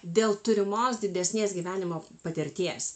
dėl turimos didesnės gyvenimo patirties